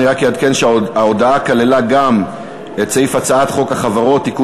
אני רק אעדכן שההודעה כללה גם את סעיף הצעת חוק החברות (תיקון